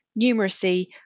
numeracy